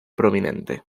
prominente